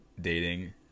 dating